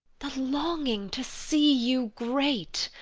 the longing to see you great.